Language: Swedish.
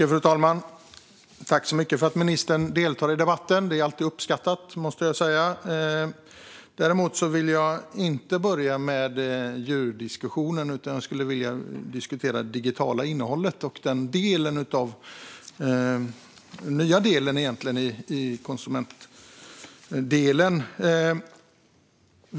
Fru talman! Tack så mycket för att ministern deltar i debatten! Det är alltid uppskattat. Däremot vill jag inte börja med djurdiskussionen. Jag skulle vilja diskutera det digitala innehållet och den nya delen i konsumentlagstiftningen.